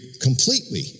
completely